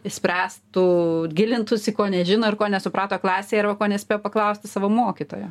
spręstų gilintųsi ko nežino ir ko nesuprato klasėje arba ko nespėjo paklausti savo mokytojo